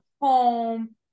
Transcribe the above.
home